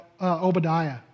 Obadiah